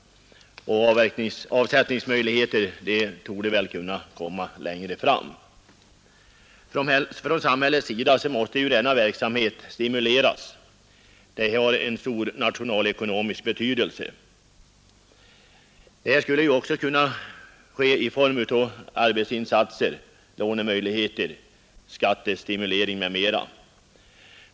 Avsättningsmöjligheter torde komma längre fram. Fran samhällets sida måste denna verksamhet stimuleras. ty den har stor nationalekonomisk betydelse Det skulle kunna ske i form av arbetsinsatser. lånemöjligheter. — skattestimulering etc.